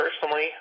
personally